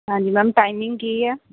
ਹਾਂਜੀ ma'am timing ਕੀ ਹੈ